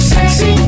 Sexy